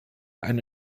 eine